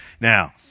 Now